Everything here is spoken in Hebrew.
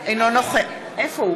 אינו נוכח אופיר אקוניס,